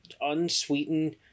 unsweetened